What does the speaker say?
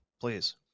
please